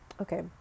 okay